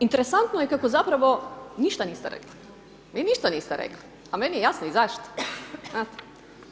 Interesantno je kako zapravo ništa niste rekli, vi ništa niste rekli, a meni je jasno i zašto, znate.